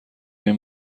این